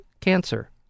cancer